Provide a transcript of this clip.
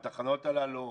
התחנות הללו,